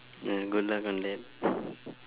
mm good luck on that